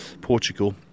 Portugal